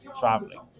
traveling